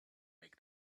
make